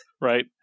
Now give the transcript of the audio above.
right